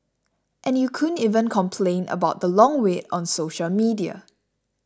and you couldn't even complain about the long wait on social media